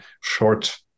short